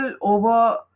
over